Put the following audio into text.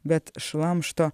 bet šlamšto